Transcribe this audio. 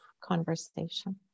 conversation